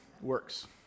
Works